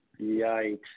Yikes